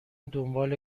دنبال